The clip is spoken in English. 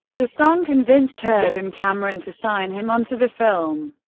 the song convinced hurd and cameron to sign him on to the film.